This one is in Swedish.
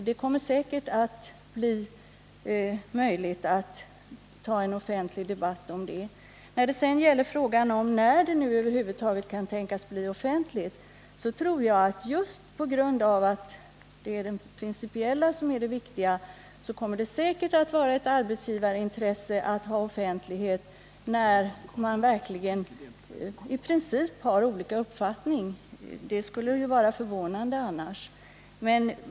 Det kommer säkert att bli möjligt att ha en offentlig debatt om det. Just i principiellt viktiga frågor kommer det att vara ett arbetsgivarintresse att handläggningen blir offentlig, när man har olika uppfattningar. Något annat skulle vara förvånande.